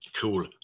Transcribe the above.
cool